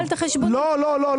לא.